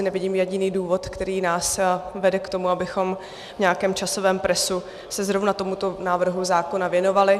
Nevidím jediný důvod, který nás vede k tomu, abychom v nějakém časovém presu se zrovna tomuto návrhu zákona věnovali.